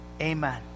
Amen